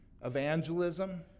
Evangelism